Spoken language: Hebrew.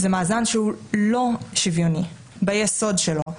זה מאזן שהוא לא שוויוני ביסוד שלו.